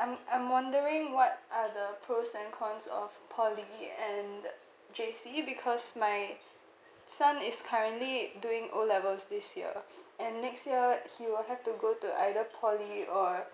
I'm I'm wondering what are the pros and cons of poly and J_C because my son is currently doing O levels this year and next year he will have to go to either poly or